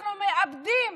אנחנו מאבדים